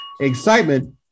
excitement